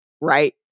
right